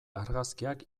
argazkiak